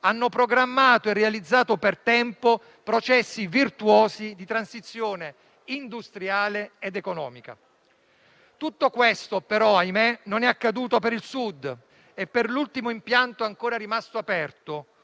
hanno programmato e realizzato per tempo processi virtuosi di transizione industriale ed economica. Tutto questo però - ahimè - non è accaduto per il Sud e per l'ultimo impianto ancora rimasto aperto,